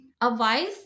advice